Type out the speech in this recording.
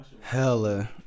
Hella